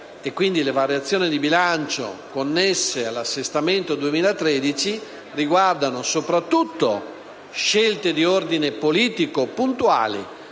le variazioni di bilancio connesse all'assestamento 2013 riguardano soprattutto puntuali scelte di ordine politico, che hanno